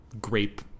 grape